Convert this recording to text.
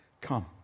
come